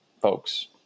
folks